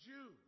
Jew